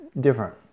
different